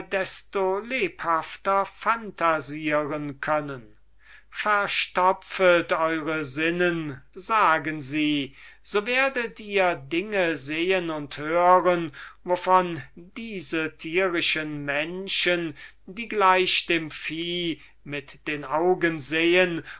desto lebhafter phantasieren können verstopfet eure sinnen sagen sie so werdet ihr dinge sehen und hören wovon diese tierischen menschen die gleich dem vieh mit den augen sehen